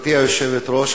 גברתי היושבת-ראש,